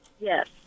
Yes